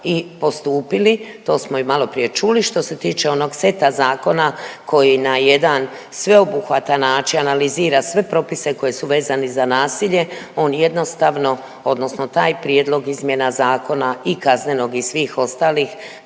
i postupili, to smo i maloprije čuli. Što se tiče onog seta zakona koji na jedan sveobuhvatan način analizira sve propise koji su vezani za nasilje, on jednostavno odnosno taj prijedlog izmjena zakona i kaznenog i svih ostalih